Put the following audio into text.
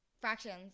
fractions